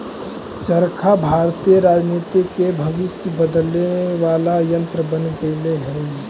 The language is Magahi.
चरखा भारतीय राजनीति के भविष्य बदले वाला यन्त्र बन गेले हई